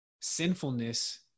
sinfulness